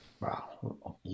wow